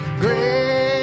great